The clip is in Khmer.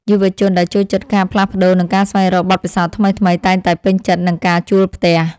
យុវជនដែលចូលចិត្តការផ្លាស់ប្តូរ និងការស្វែងរកបទពិសោធន៍ថ្មីៗ តែងតែពេញចិត្តនឹងការជួលផ្ទះ។